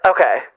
Okay